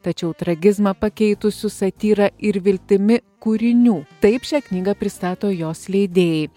tačiau tragizmą pakeitusių satyra ir viltimi kūrinių taip šią knygą pristato jos leidėjai